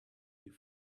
you